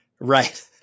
Right